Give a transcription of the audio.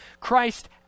Christ